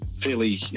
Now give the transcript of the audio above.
Fairly